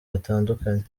batandukanye